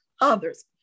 others